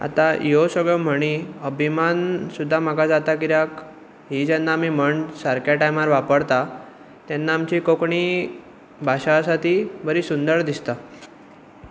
आतां ह्यो सगळ्यो म्हणी अभिमान सुद्दां म्हाका जाता किद्याक ही जेन्ना आमी म्हण सारक्या टाइमार वापरता तेन्ना आमची कोंकणी भाशा आसा ती बरी सुंदर दिसता